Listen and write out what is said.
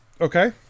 Okay